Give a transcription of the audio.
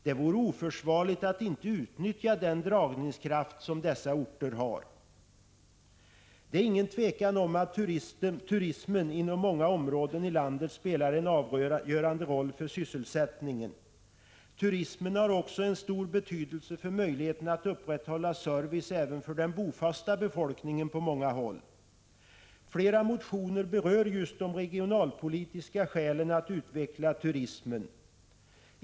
Det vore oförsvarligt att inte utnyttja den dragningskraft som dessa orter har. Det är inget tvivel om att turismen inom många områden i landet spelar en avgörande roll för sysselsättningen. Turismen har också stor betydelse för möjligheten att upprätthålla service även för den bofasta befolkningen på många håll. Flera motioner berör just de regionalpolitiska skälen för att utveckla turismen.